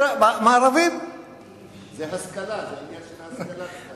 זה השכלה, זה עניין של השכלה.